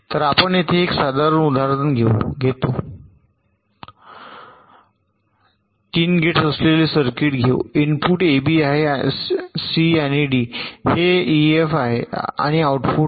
तर आपण येथे एक साधे उदाहरण घेतो 3 गेट्स असलेले सर्किट घेऊ इनपुट एबी आहेत सी आणि डी हे ईएफ आहे आणि आउटपुट आहे